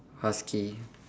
husky